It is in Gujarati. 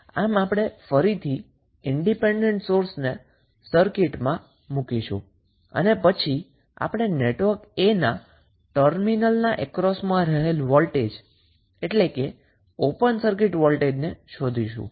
આમ આપણે ફરીથી ઈન્ડીપેન્ડન્ટ સોર્સને સર્કિટમાં મુકીશું અને પછી આપણે નેટવર્ક A ના ટર્મિનલના અક્રોસમાં રહેલા વોલ્ટેજ એટલે કે ઓપન સર્કિટ વોલ્ટેજ શોધીશું